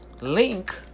link